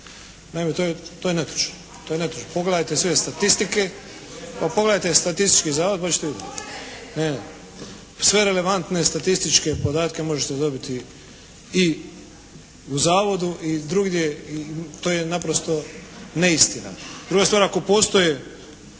To je netočno. Pogledajte svi statistike. Pa, pogledajte statistički zavod pa ćete vidjeti. …/Upadica se ne razumije./… Sve relevantne statističke podatke možete dobiti i u Zavodu i drugdje. To je naprosto neistina. Druga je stvar ako postoje